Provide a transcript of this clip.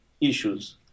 issues